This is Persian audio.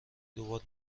دوبار